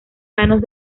manos